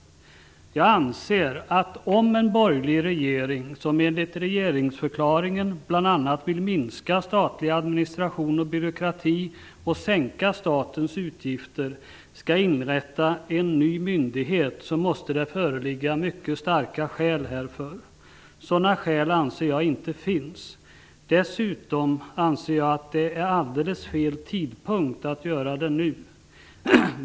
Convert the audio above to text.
Jag anser att om en borgerlig regering, som enligt regeringsförklaringen bl.a. vill minska statlig administration och byråkrati och sänka statens utgifter, skall inrätta en ny myndighet så måste det föreligga mycket starka skäl härför. Sådana skäl anser jag inte finns. Dessutom anser jag att det är alldeles fel tidpunkt att göra det nu.